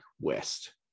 west